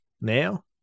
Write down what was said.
now